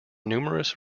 numerous